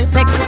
Sex